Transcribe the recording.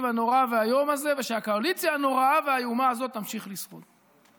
הנורא והאיום הזה ושהקואליציה הנוראה והאיומה הזאת תמשיך לשרוד.